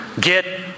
Get